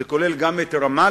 זה כולל את רמאללה?